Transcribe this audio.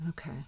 Okay